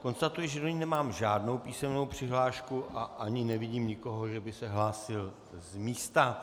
Konstatuji, že do ní nemám žádnou písemnou přihlášku a ani nevidím nikoho, že by se hlásil z místa.